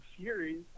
Series